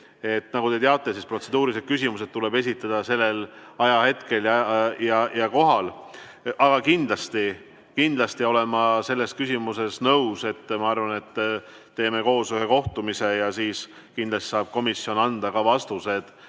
Nagu te teate, protseduurilised küsimused tuleb esitada sellel ajahetkel ja kohal. Aga kindlasti olen ma selles küsimuses nõus. Ma arvan, et teeme koos ühe kohtumise ja siis kindlasti saab komisjon anda ka vastused